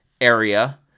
area